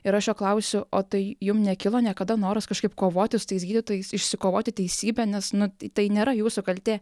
ir aš jo klausiu o tai jum nekilo niekada noras kažkaip kovoti su tais gydytojais išsikovoti teisybę nes nu tai nėra jūsų kaltė